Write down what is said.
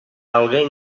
alguém